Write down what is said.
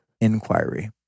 inquiry